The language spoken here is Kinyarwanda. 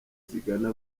zigana